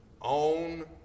own